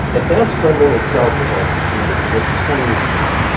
advanced blending itself as i conceive it is a tiny step,